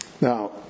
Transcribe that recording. Now